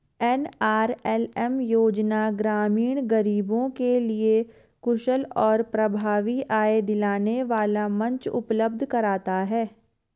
NRLM योजना ग्रामीण गरीबों के लिए कुशल और प्रभावी आय दिलाने वाला मंच उपलब्ध कराता है